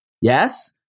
Yes